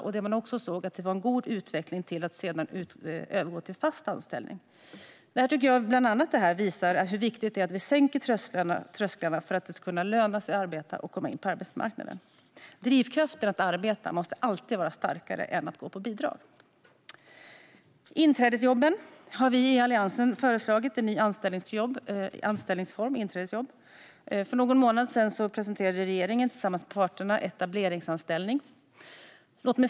Studien visade också en god utveckling vad gällde att sedan övergå till fast anställning. Jag tycker att detta visar hur viktigt det är att vi sänker trösklarna. Det ska löna sig att arbeta och att komma in på arbetsmarknaden. Drivkraften att arbeta måste alltid vara starkare än drivkraften att gå på bidrag. Vi i Alliansen har föreslagit inträdesjobb som en ny anställningsform. För någon månad sedan presenterade regeringen tillsammans med parterna det som heter etableringsanställning.